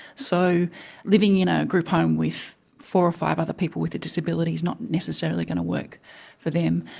so living in a group home with four or five other people with a disability is not necessarily going to work for them.